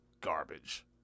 garbage